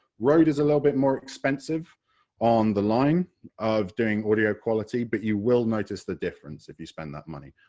rode is a little bit more expensive on the line of doing audio quality but you will notice the difference if you spend that money,